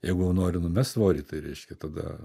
jeigu nori numest svorį tai reiškia tada